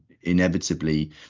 inevitably